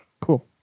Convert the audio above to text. Cool